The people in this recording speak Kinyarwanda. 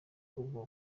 ubwo